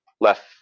left